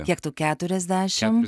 kiek tau keturiasdešim